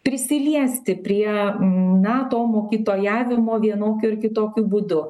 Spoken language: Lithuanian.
prisiliesti prie na to mokytojavimo vienokiu ar kitokiu būdu